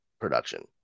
production